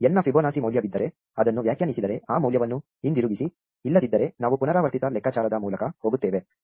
N ನ Fibonacci ಮೌಲ್ಯವಿದ್ದರೆ ಅದನ್ನು ವ್ಯಾಖ್ಯಾನಿಸಿದರೆ ಆ ಮೌಲ್ಯವನ್ನು ಹಿಂದಿರುಗಿಸಿ ಇಲ್ಲದಿದ್ದರೆ ನಾವು ಪುನರಾವರ್ತಿತ ಲೆಕ್ಕಾಚಾರದ ಮೂಲಕ ಹೋಗುತ್ತೇವೆ